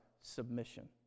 submission